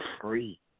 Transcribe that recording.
free